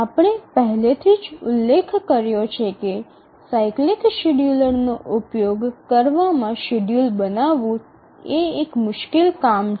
આપણે પહેલેથી જ ઉલ્લેખ કર્યો છે કે સાયક્લિક શેડ્યૂલરનો ઉપયોગ કરવામાં શેડ્યૂલ બનાવું એ એક મુશ્કેલ કામ છે